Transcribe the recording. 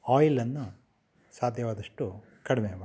ಆಯ್ಲನ್ನು ಸಾಧ್ಯವಾದಷ್ಟು ಕಡಿಮೆ ಹಾಕಿ